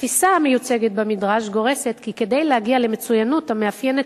התפיסה המיוצגת במדרש גורסת כי כדי להגיע למצוינות המאפיינת